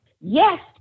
yes